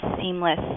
seamless